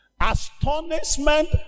Astonishment